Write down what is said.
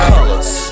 Colors